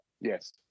yes